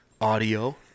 audio